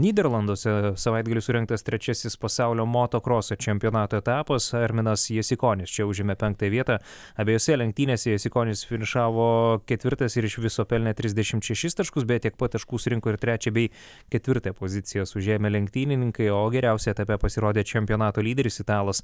nyderlanduose savaitgalį surengtas trečiasis pasaulio motokroso čempionato etapas arminas jasikonis čia užėmė penktąją vietą abejose lenktynėse jasikonis finišavo ketvirtas ir iš viso pelnėtrisdešimt šešis taškus beje tiek pat taškų surinko ir trečią bei ketvirtąją pozicijas užėmę lenktynininkai o geriausiai etape pasirodė čempionato lyderis italas